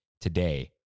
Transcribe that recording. today